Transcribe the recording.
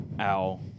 ow